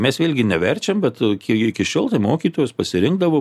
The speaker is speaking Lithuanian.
mes vėlgi neverčiam bet kiekgi iki šiol tai mokytojus pasirinkdavo